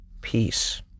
peace